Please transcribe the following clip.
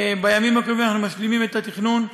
בימים הקרובים אנחנו משלימים את התכנון,